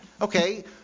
Okay